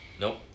Nope